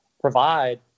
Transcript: provide